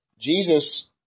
Jesus